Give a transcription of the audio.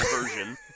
version